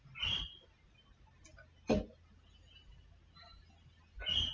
I